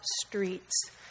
streets